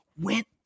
went